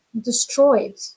destroyed